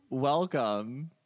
Welcome